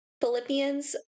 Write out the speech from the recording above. Philippians